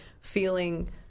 feeling